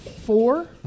Four